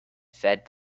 fed